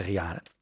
jaren